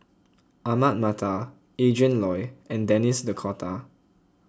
Ahmad Mattar Adrin Loi and Denis D'Cotta